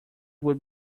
would